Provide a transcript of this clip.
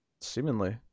seemingly